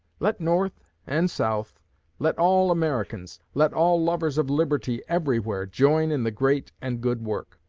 let north and south let all americans let all lovers of liberty everywhere join in the great and good work.